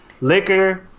Liquor